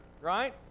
right